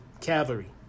Cavalry